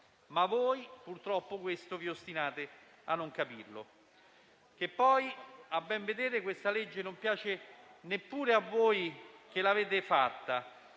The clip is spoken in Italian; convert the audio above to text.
Ma voi purtroppo questo vi ostinate a non capirlo. Che poi, a ben vedere questo disegno di legge non piace neppure a voi che l'avete fatto.